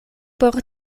por